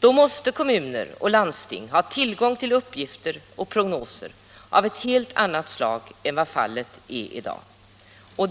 Då måste kommuner och landsting ha tillgång till uppgifter och prognoser av ett helt annat slag än vad de har i dag. Bl.